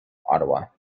ottawa